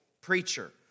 preacher